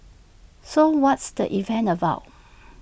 so what's the event about